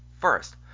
First